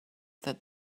that